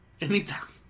Anytime